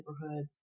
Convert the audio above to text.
neighborhoods